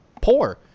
poor